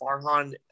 Farhan